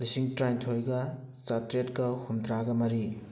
ꯂꯤꯁꯤꯡ ꯇꯔꯥꯅꯤꯊꯣꯏꯒ ꯆꯥꯇ꯭ꯔꯦꯠꯀ ꯍꯨꯝꯗ꯭ꯔꯥꯒ ꯃꯔꯤ